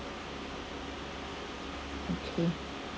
okay